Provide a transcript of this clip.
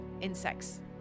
insects